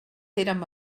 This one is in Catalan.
érem